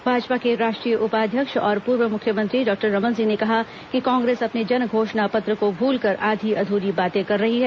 भाजपा के राष्ट्रीय उपाध्यक्ष और पूर्व मुख्यमंत्री डॉक्टर रमन सिंह ने कहा कि कांग्रेस अपने जन घोषणा पत्र को भूलकर आधी अध्री बातें कर रही हैं